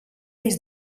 des